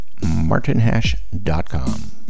martinhash.com